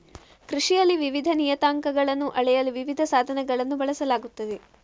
ಕೃಷಿಯಲ್ಲಿ ವಿವಿಧ ನಿಯತಾಂಕಗಳನ್ನು ಅಳೆಯಲು ವಿವಿಧ ಸಾಧನಗಳನ್ನು ಬಳಸಲಾಗುತ್ತದೆ